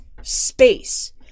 space